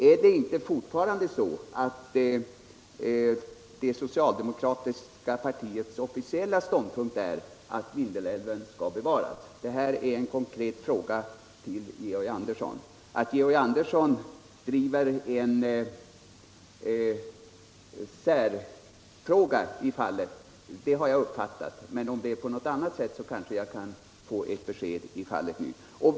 Är det inte fortfarande det socialdemokratiska partiets officiella ståndpunkt att Vindelälven skall bevaras? Jag har uppfattat Georg Andersson så, att han driver en särmening i det här fallet, men om det förhåller sig på något annat sätt kanske jag kan få besked om det nu.